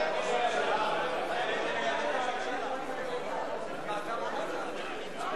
הצעת סיעת העבודה להביע